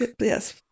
Yes